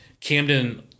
Camden